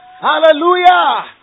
Hallelujah